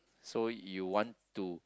so you want to